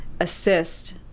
assist